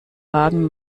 wagen